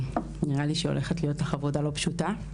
נראה לי שהולכת להיות לך עבודה לא פשוטה.